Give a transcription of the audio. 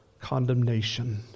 condemnation